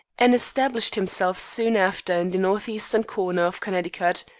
and established himself soon after in the northeastern corner of connecticut.